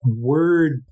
Word